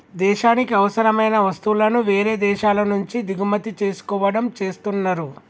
దేశానికి అవసరమైన వస్తువులను వేరే దేశాల నుంచి దిగుమతి చేసుకోవడం చేస్తున్నరు